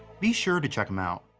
be sure to check him out.